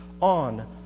on